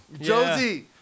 Josie